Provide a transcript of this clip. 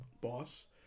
boss